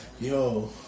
Yo